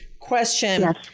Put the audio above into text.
question